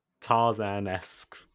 Tarzan-esque